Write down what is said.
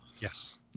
Yes